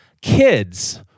kids